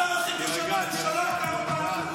השר הכי כושל בממשלה,